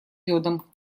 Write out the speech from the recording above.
йодом